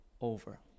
over